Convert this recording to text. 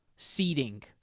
seeding